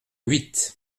huit